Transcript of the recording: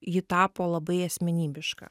ji tapo labai asmenybiška